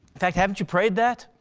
in fact haven't you prayed that?